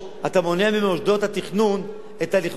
אתה מונע לכאורה ממוסדות התכנון את היכולות